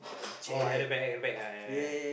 orh at the back at the back ah yeah yeah yeah